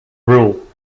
rule